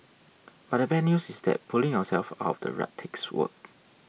but the bad news is that pulling yourself out of the rut takes work